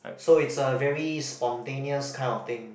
so it's a very spontaneous kind of thing